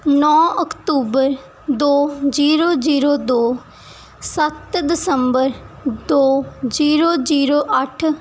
ਨੌ ਅਕਤੂਬਰ ਦੋ ਜੀਰੋ ਜੀਰੋ ਦੋ ਸੱਤ ਦਸੰਬਰ ਦੋ ਜੀਰੋ ਜੀਰੋ ਅੱਠ